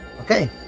okay